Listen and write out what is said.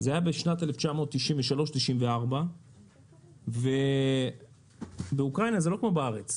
זה היה בשנת 1994-1993. ובאוקראינה של שנות ה-90 זה לא כמו היום בארץ,